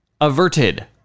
averted